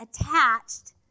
attached